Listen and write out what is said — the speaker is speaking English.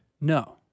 No